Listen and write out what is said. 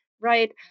Right